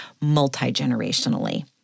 multi-generationally